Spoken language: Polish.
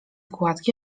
gładki